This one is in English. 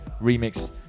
remix